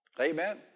Amen